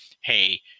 hey